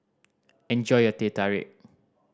enjoy your Teh Tarik